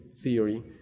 theory